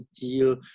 deal